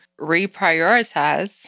reprioritize